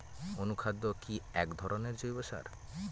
অনুখাদ্য কি এক ধরনের জৈব সার?